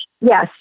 Yes